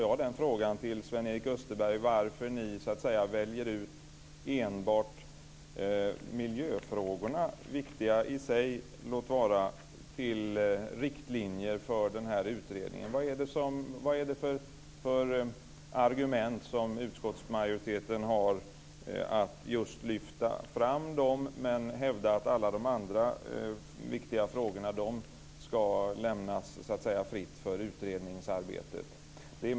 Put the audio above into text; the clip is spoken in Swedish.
Jag vill fråga Sven-Erik Österberg varför ni väljer ut enbart miljöfrågorna - låt vara att de är viktiga i sig - till riktlinjer för utredningen. Vad är utskottsmajoritetens argument för att lyfta fram dessa frågor men hävda att alla andra viktiga frågor skall lämnas fritt för utredningsarbetet?